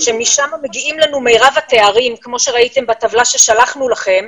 משם מגיעים לנו מרב התארים כמו שראיתם בטבלה ששלחנו לכם,